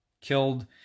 killed